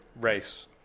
race